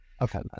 okay